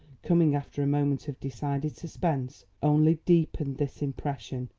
coming after a moment of decided suspense, only deepened this impression.